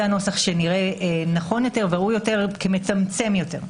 נראה נכון יותר וראוי יותר כמצמצם יותר.